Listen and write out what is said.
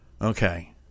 Okay